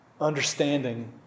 understanding